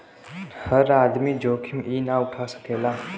हर आदमी जोखिम ई ना उठा सकेला